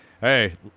Hey